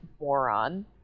moron